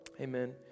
Amen